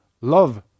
love